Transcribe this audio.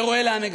ורואה לאן הגענו.